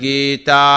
Gita